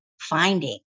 finding